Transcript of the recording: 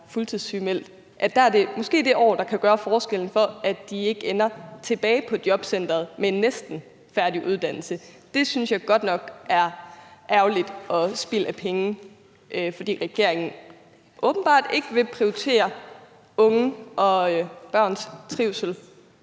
– er det år, der kan gøre forskellen, i forhold til at de ikke ender tilbage på jobcenteret med en næsten færdig uddannelse. Det synes jeg godt nok er ærgerligt og spild af penge, fordi regeringen åbenbart ikke vil prioritere unges og børns trivsel